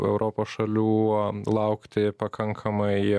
europos šalių laukti pakankamai